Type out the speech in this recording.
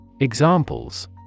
Examples